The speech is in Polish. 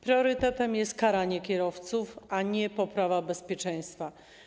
Priorytetem jest karanie kierowców, a nie poprawa bezpieczeństwa.